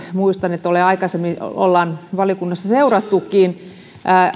muistan että aikaisemmin ollaan valiokunnassa seurattukin